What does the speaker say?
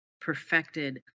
perfected